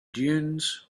dunes